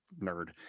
nerd